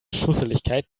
schusseligkeit